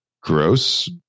gross